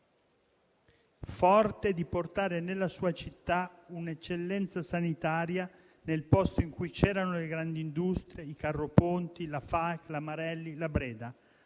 forte di portare nella sua città un'eccellenza sanitaria, nel posto in cui c'erano le grandi industrie, i carroponti, la Falck, la Marelli, la Breda.